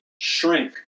shrink